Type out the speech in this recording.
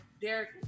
Derek